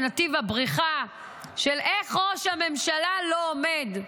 זה נתיב הבריחה של איך ראש הממשלה לא עומד לדין,